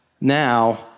now